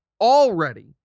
already